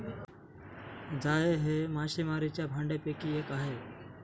जाळे हे मासेमारीच्या भांडयापैकी एक आहे